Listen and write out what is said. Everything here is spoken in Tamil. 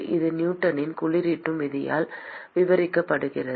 இது நியூட்டனின் குளிரூட்டும் விதியால் விவரிக்கப்படுகிறது